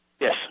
Yes